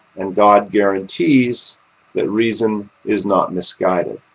and god guarantees that reason is not misguided.